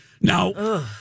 now